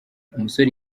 umusore